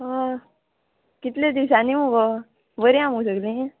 होय कितले दिसांनी मुगो बरी आ मुगो सगलीं